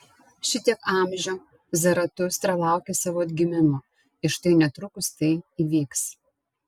šitiek amžių zaratustra laukė savo atgimimo ir štai netrukus tai įvyks